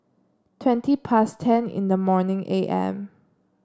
twenty past ten in the morning A M